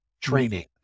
training